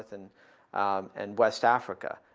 and and west africa.